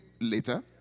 later